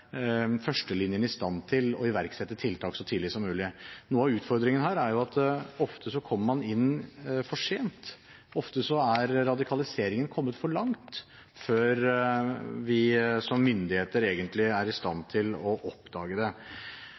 førstelinjen i stand til å iverksette tiltak så tidlig som mulig. Noe av utfordringen her er at ofte kommer man inn for sent – ofte er radikaliseringen kommet for langt når vi som myndigheter er i stand til å oppdage det.